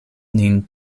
nin